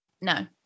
No